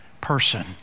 person